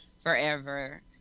Forever